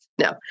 No